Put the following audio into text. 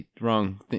Wrong